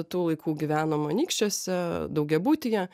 tų laikų gyvenom anykščiuose daugiabutyje